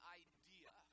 idea